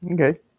Okay